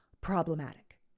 problematic